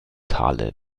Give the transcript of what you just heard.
thale